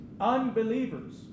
unbelievers